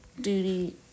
Duty